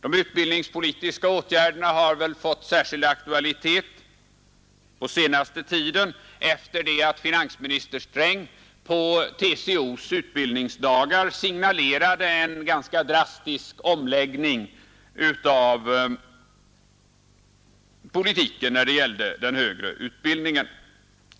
De utbildningspolitiska åtgärderna har väl fått särskild aktualitet på senaste tiden, efter det att finansminister Sträng på TCO:s utbildningsdagar signalerade en ganska drastisk omläggning av politiken när det gällde den högre utbildningen.